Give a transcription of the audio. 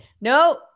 No